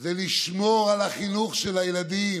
זה לשמור על החינוך של הילדים,